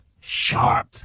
sharp